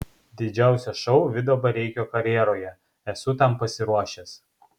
didžiausias šou vido bareikio karjeroje esu tam pasiruošęs